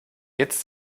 jetzt